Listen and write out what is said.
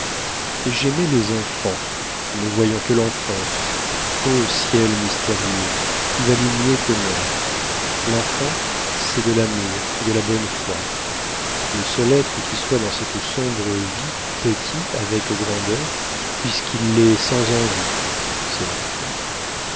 et j'aimai les enfants ne voyant que l'enfance ô ciel mystérieux qui valût mieux que moi l'enfant c'est de l'amour et de la bonne foi le seul être qui soit dans cette sombre vie petit avec grandeur puisqu'il l'est sans envie c'est l'enfant